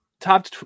Top